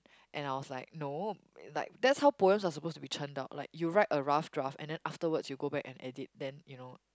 and I was like no like that's how poems are supposed to be churned out like you write a rough draft and then afterwards you go back and edit then you know